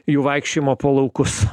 jų vaikščiojimo po laukus